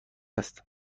هست